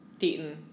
Deaton